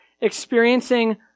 experiencing